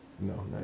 No